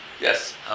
Yes